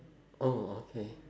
oh okay